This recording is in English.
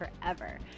forever